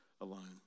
alone